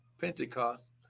Pentecost